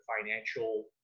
financial